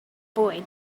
boy